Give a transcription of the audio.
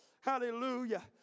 Hallelujah